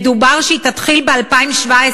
מדובר שהיא תתחיל ב-2017.